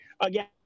again